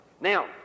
Now